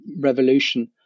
revolution